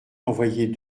envoyer